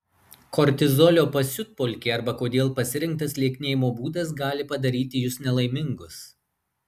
kortizolio pasiutpolkė arba kodėl pasirinktas lieknėjimo būdas gali padaryti jus nelaimingus